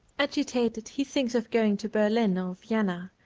agitated, he thinks of going to berlin or vienna,